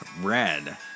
red